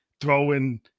throwing